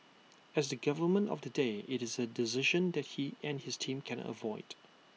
as the government of the day IT is A decision that he and his team cannot avoid